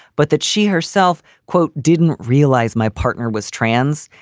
but that she herself, quote, didn't realize my partner was trans.